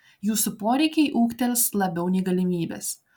jūsų poreikiai ūgtels labiau nei galimybės